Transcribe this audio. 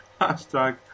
Hashtag